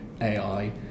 AI